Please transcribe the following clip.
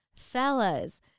fellas